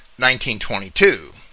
1922